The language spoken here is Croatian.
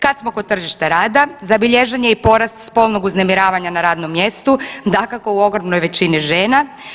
Kad smo kod tržišta rada zabilježen je i porast spolnog uznemiravanja na radnom mjestu, dakako u ogromnoj većini žena.